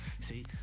see